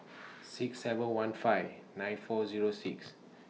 six seven one five nine four Zero six